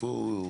איפה הוא?